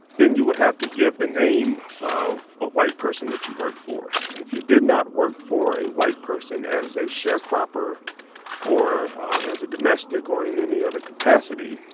then you would have to give the name of a white person that you worked for. and if you did not work for a white person as a sharecropper or um as a domestic or in any other capacity,